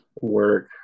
Work